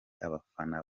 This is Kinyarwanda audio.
abafana